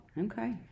Okay